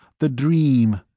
the dream.